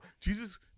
Jesus